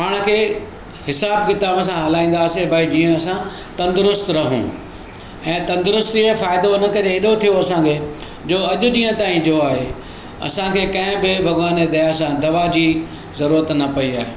पाण खे हिसाबु किताबु सां हलाईंदा हुआसे भई असां तंदुरुस्तु रहूं ऐं तंदुरुस्तीअ जो फ़ाइदो इनकरे एॾो थियो असांखे जो अॼु ॾींहं ताईं जो आहे असांखे कंहिं बि भॻवान जी दया सां दवा जी ज़रूरत न पई आहे